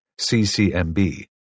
CCMB